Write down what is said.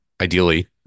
ideally